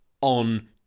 on